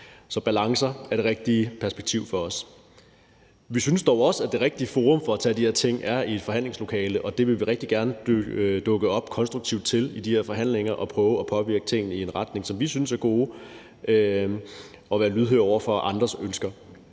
Så balancer er det rigtige perspektiv for os. Vi synes dog også, at det rigtige forum for at tage de her ting er i et forhandlingslokale, og vi vil rigtig gerne dukke konstruktivt op til de her forhandlinger og prøve at påvirke tingene i en retning, som vi synes er god, og være lydhør over for andres ønsker.